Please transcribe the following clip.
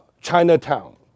Chinatown